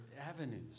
avenues